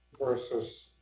versus